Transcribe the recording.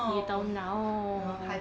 you don't know